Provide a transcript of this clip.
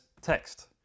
text